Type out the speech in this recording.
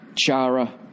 chara